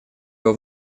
его